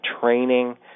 training